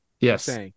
Yes